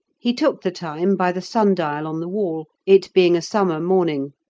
he took the time by the sundial on the wall, it being a summer morning